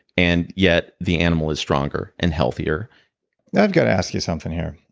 and yet the animal is stronger and healthier i've got to ask you something here.